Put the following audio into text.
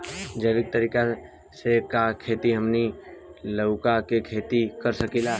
जैविक तरीका से का हमनी लउका के खेती कर सकीला?